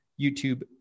YouTube